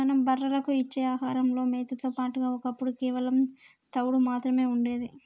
మనం బర్రెలకు ఇచ్చే ఆహారంలో మేతతో పాటుగా ఒప్పుడు కేవలం తవుడు మాత్రమే ఉండేది